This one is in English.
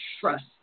trust